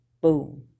boom